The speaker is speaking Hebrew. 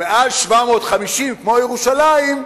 ומעל 750, כמו ירושלים,